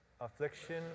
affliction